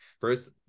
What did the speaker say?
First